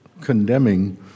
condemning